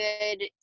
good